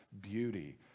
beauty